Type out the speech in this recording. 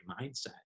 mindset